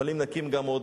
אבל אם נקים גם עוד